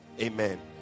Amen